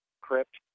Crypt